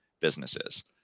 businesses